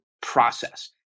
process